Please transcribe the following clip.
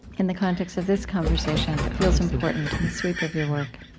in the context of this conversation, that feels important in the sweep of your work?